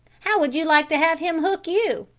how would you like to have him hook you?